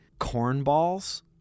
cornballs